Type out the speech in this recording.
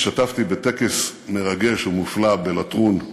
השתתפתי בטקס מרגש ומופלא בלטרון,